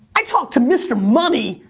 i talk to mister money,